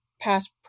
past